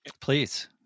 please